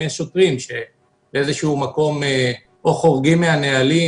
אם יש שוטרים שבאיזשהו מקום חורגים מן הנהלים